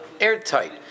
airtight